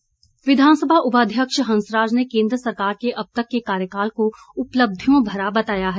हंसराज विधानसभा उपाध्यक्ष हंसराज ने केद्र सरकार के अब तक के कार्यकाल को उपलब्धियों भरा बताया है